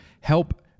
help